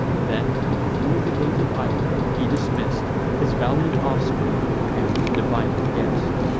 then, thro' the gate of iv'ry, he dismiss'd his valiant offspring and divining guest.